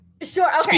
Sure